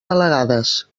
delegades